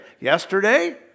Yesterday